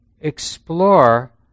explore